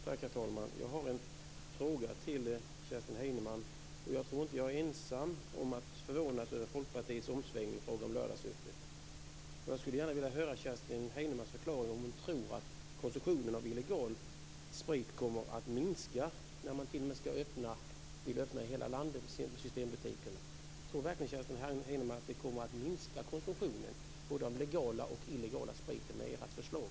Herr talman! Jag har en fråga till Kerstin Heinemann. Jag tror inte att jag är ensam om att förvånas över Folkpartiets omsvängning i fråga om lördagsöppet. Jag vill gärna höra Kerstin Heinemanns förklaring om hon tror att konsumtionen av illegal sprit kommer att minska när man vill öppna systembutikerna i hela landet. Tror verkligen Kerstin Heinemann att konsumtionen av både den legala och den illegala spriten kommer att minska med hjälp av ert förslag?